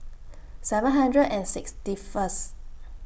seven hundred and sixty First